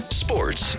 sports